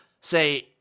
say